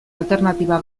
alternatiba